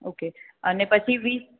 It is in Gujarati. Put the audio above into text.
ઓકે અને પછી વીસ